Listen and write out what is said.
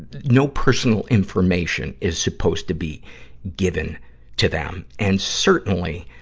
no personal information is supposed to be given to them. and certainly,